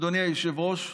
אדוני היושב-ראש,